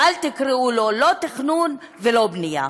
ואל תקראו לא "תכנון" ולא "בנייה".